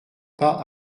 pas